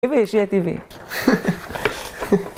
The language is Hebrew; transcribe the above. ביי ביי שיהייתי ביי